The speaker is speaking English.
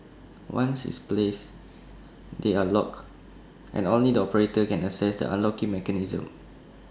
once is place they are locked and only the operator can access the unlocking mechanism